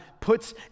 puts